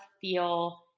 feel